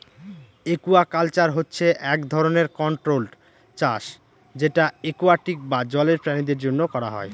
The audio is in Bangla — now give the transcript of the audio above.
একুয়াকালচার হচ্ছে এক ধরনের কন্ট্রোল্ড চাষ যেটা একুয়াটিক বা জলের প্রাণীদের জন্য করা হয়